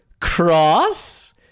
cross